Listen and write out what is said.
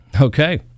Okay